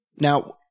Now